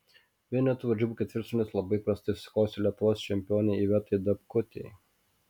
vienetų varžybų ketvirtfinalis labai prastai susiklostė lietuvos čempionei ivetai dapkutei